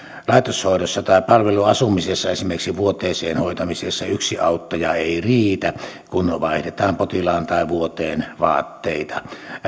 laitoshoidossa tai palveluasumisessa esimerkiksi vuoteeseen hoitamisessa yksi auttaja ei riitä kun vaihdetaan potilaan tai vuoteen vaatteita